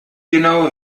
genaue